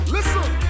Listen